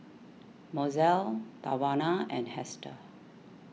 Mozell Tawanna and Hester